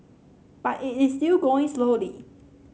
but it is still going slowly